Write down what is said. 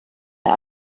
der